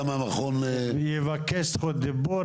גם המכון ----- יבקש זכות דיבור,